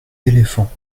éléphants